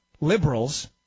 liberals